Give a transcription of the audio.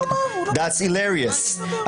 that's hilarious.